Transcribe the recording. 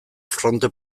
fronte